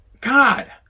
God